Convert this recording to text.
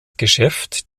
geschäft